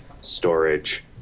storage